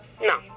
no